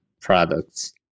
products